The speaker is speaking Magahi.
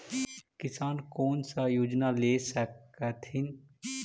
किसान कोन सा योजना ले स कथीन?